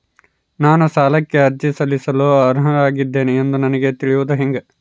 ನಾನು ಸಾಲಕ್ಕೆ ಅರ್ಜಿ ಸಲ್ಲಿಸಲು ಅರ್ಹನಾಗಿದ್ದೇನೆ ಎಂದು ನನಗ ತಿಳಿಯುವುದು ಹೆಂಗ?